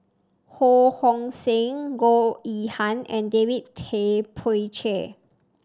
Ho Hong Sing Goh Yihan and David Tay Poey Cher